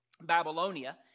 Babylonia